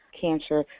cancer